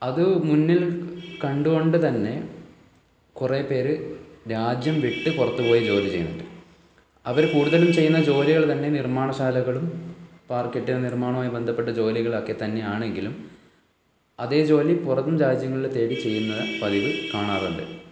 അത് മുന്നിൽ കണ്ട് കൊണ്ട് തന്നെ കുറേ പേർ രാജ്യം വിട്ട് പുറത്ത് പോയി ജോലി ചെയ്യുന്നുണ്ട് അവർ കൂടുതലും ചെയ്യുന്ന ജോലികൾ തന്നെ നിർമ്മാണ ശാലകളും പാർ കെട്ടിട നിർമ്മാണവുമായി ബന്ധപ്പെട്ട ജോലികളൊക്കെ തന്നെ ആണെങ്കിലും അതേ ജോലി പുറം രാജ്യങ്ങളിൽ തേടി ചെയ്യുന്ന പതിവ് കാണാറുണ്ട്